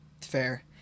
Fair